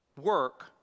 work